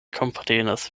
komprenas